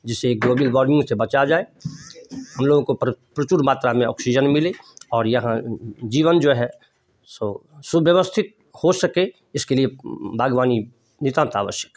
जिससे global warming से बचा जाए हम लोगों को प्रचुर मात्रा में ऑक्सीजन मिले और यहाँ जीवन जो है सो सुव्यवस्थित हो सके इसके लिए बागवानी नितांत आवश्यक